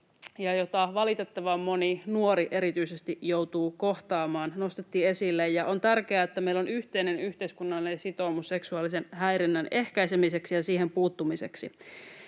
valitettavan moni nuori joutuu kohtaamaan, nostettiin esille. On tärkeää, että meillä on yhteinen yhteiskunnallinen sitoumus seksuaalisen häirinnän ehkäisemiseksi ja siihen puuttumiseksi.